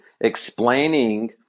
explaining